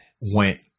went